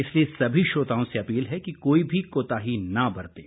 इसलिए सभी श्रोताओं से अपील है कि कोई भी कोताही न बरतें